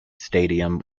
stadium